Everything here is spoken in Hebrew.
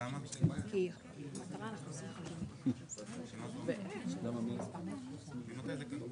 אנחנו נעשה כמיטב יכולתנו למען העצמאים הקטנים